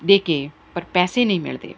ਦੇ ਕੇ ਪਰ ਪੈਸੇ ਨਹੀਂ ਮਿਲਦੇ